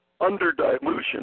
under-dilution